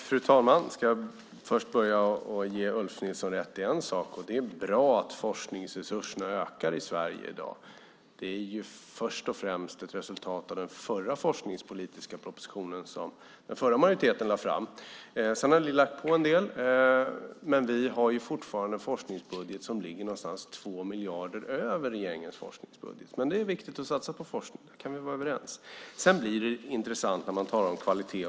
Fru talman! Jag ska börja med att ge Ulf Nilsson rätt i en sak. Det är bra att forskningsresurserna ökar i Sverige i dag. Det är först och främst ett resultat av den förra forskningspolitiska propositionen som den förra majoriteten lade fram. Sedan har ni lagt på en del, men vi har fortfarande en forskningsbudget som ligger ungefär 2 miljarder över regeringens forskningsbudget. Det är viktigt att satsa på forskning. Där kan vi vara överens. Sedan blir det intressant när man talar om kvalitet.